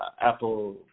Apple